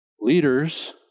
Leaders